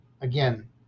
Again